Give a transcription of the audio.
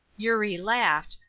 eurie laughed,